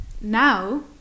Now